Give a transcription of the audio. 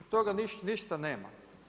Stoga ništa nema.